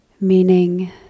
meaning